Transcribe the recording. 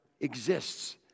exists